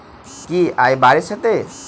की आय बारिश हेतै?